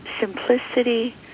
simplicity